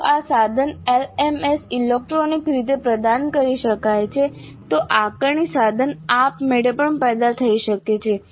જો આ સાધન એલએમએસને ઇલેક્ટ્રોનિક રીતે પ્રદાન કરી શકાય છે તો આકારણી સાધન આપમેળે પણ પેદા થઈ શકે છે